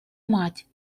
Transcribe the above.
мать